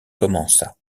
commença